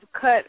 cut